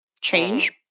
change